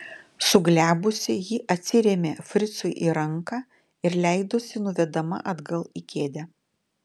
suglebusi ji atsirėmė fricui į ranką ir leidosi nuvedama atgal į kėdę